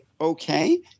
okay